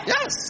Yes